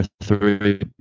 three